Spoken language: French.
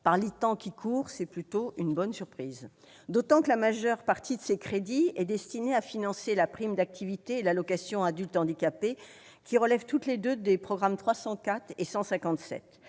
Par les temps qui courent, c'est plutôt une bonne surprise, d'autant que la majeure partie de ces crédits est destinée à financer la prime d'activité et l'allocation aux adultes handicapés, qui relèvent toutes les deux des programmes 304 et 157.